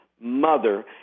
mother